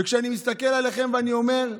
וכשאני מסתכל עליכם, אני אומר,